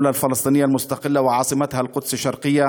פלסטינית עצמאית שבירתה ירושלים המזרחית,